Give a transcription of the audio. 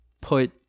put